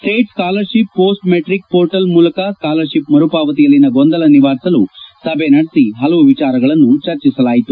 ಸ್ನೇಟ್ scholarship post matric portal ಮೂಲಕ scholarship ಮರುಪಾವತಿಯಲ್ಲಿನ ಗೊಂದಲ ನಿವಾರಿಸಲು ಸಭೆ ನಡೆಸಿ ಹಲವು ವಿಚಾರಗಳನ್ನು ಚರ್ಚಿಸಲಾಗಿದೆ